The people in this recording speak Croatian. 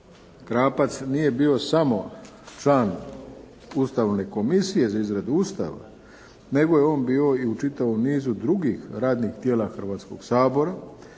Krapac nije bio samo član Ustavne komisije za izradu Ustava, nego je on bio i u čitavom nizu drugih radnih tijela Hrvatskog sabor